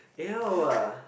[eww]